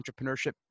entrepreneurship